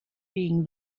being